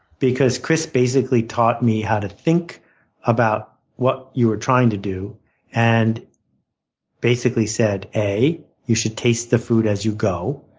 because chris basically taught me how to think about what you were trying to do and basically said, a you should taste the food as you go,